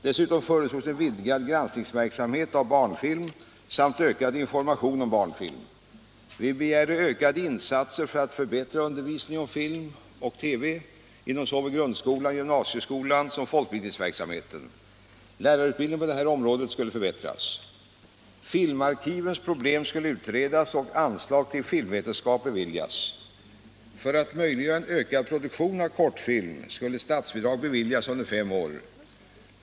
Dessutom föreslogs en vidgad verksamhet för granskning av barnfilm samt ökad information om barnfilm. Vi begärde ökade insatser för att förbättra undervisningen om film och TV i såväl grundskolan och gymnasieskolan som folkbildningsverksamheten, där utbildningen på detta område skulle förbättras. För att möjliggöra en ökad produktion av kortfilm skulle statsbidrag beviljas under fem år.